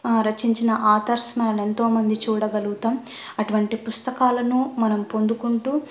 రచించిన ఆథర్స్ మనం ఎంతోమందిని చూడగలుగుతాము అటువంటి పుస్తకాలను మనం పొందుతూ